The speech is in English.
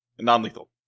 Non-lethal